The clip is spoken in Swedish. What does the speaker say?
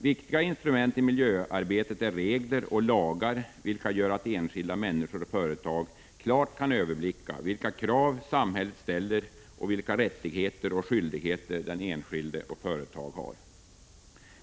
Viktiga instrument i miljöarbetet är regler och lagar som gör att enskilda människor och företag klart kan överblicka vilka krav samhället ställer och vilka rättigheter och skyldigheter de själva har.